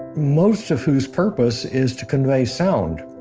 most of whose purpose is to convey sound.